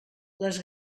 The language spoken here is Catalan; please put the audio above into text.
les